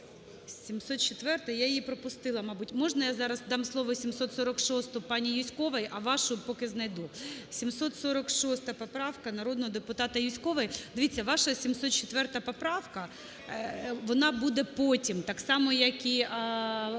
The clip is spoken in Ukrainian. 704-а? Я її пропустила, мабуть. Можна я зараз дам слово 746-у пані Юзьковій, а вашу поки знайду? 746 поправка народного депутата Юзькової. Дивіться, ваша 704 поправка, вона буде потім. Так само, як…